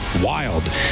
wild